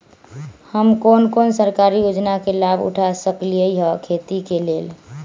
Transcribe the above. हम कोन कोन सरकारी योजना के लाभ उठा सकली ह खेती के लेल?